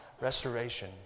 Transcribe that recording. restoration